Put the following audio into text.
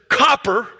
copper